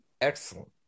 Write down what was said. Excellent